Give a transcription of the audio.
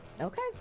Okay